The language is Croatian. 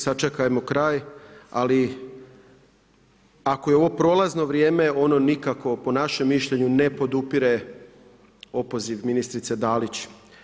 Sačekajmo kraj, ali ako je ovo prolazno vrijeme ono nikako po našem mišljenju ne podupire opoziv ministrice Dalić.